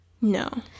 No